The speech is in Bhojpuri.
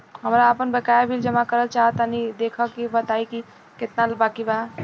हमरा आपन बाकया बिल जमा करल चाह तनि देखऽ के बा ताई केतना बाकि बा?